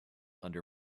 under